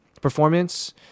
Performance